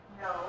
No